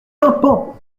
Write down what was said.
pimpant